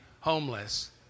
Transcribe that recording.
Homeless